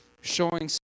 showing